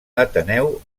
ateneu